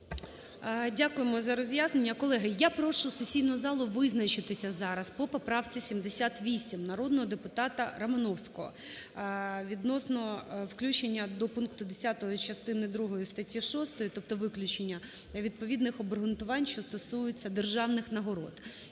Дякуємо за роз'яснення. Колеги, я прошу сесійну залу визначитися зараз по поправці 78 народного депутата Романовського відносно включення до пункту 10-го частини другої статті 6, тобто виключення відповідних обґрунтувань, що стосуються державних нагород.